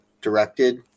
directed